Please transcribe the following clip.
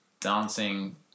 dancing